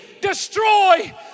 destroy